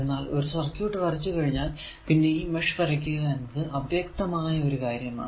എന്നാൽ ഒരു സർക്യൂട് വരച്ചു കഴിഞ്ഞാൽ പിന്നെ മെഷ് വരയ്ക്കുക എന്നത് അവ്യക്തമായ ഒരു കാര്യമാണ്